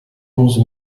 onze